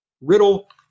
Riddle